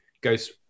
goes